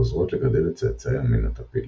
ועוזרות לגדל את צאצאי המין הטפיל.